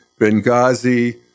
Benghazi